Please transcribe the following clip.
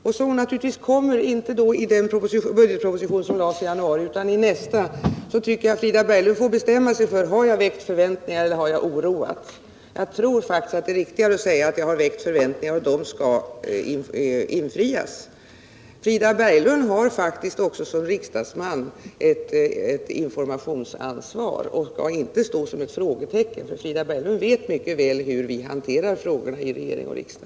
Det är naturligtvis inte med i den budgetproposition som lades i januari utan kommer i nästa. Har jag därmed väckt förväntningar, eller har jag oroat? Jag tror att jag väckt förväntningar, och de skall infrias. Frida Berglund har som riksdagsman ett informationsansvar och skall inte stå som ett frågetecken, för Frida Berglund vet mycket väl hur vi hanterar frågorna i regering och riksdag.